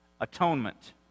Atonement